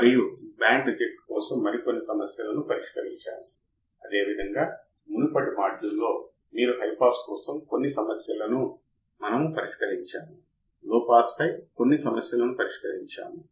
మనం చుద్దాం 0 input current virtual ground అయిన ఆపరేషన్ యాంప్లిఫైయర్ యొక్క ఇతర లక్షణాలను మనం ఎలా అర్థం చేసుకోగలం వర్చువల్ గ్రౌండ్ భావనను ఇక్కడే చర్చించాము